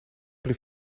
een